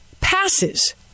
passes